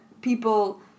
people